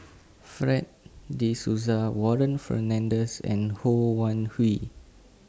Fred De Souza Warren Fernandez and Ho Wan Hui